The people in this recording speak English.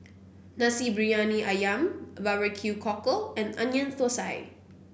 Nasi Briyani ayam Barbecue Cockle and Onion Thosai